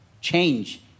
change